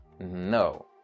No